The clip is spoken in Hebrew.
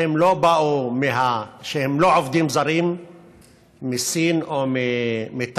שהם לא עובדים זרים מסין או מתאילנד,